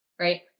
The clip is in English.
right